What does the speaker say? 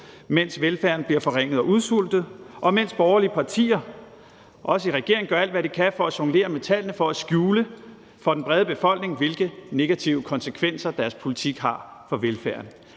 mens velfærden bliver forringet og udsultet, og mens borgerlige partier, også i regering, gør alt, hvad de kan, for at jonglere med tallene for at skjule for den brede befolkning, hvilke negative konsekvenser deres politik har for velfærden.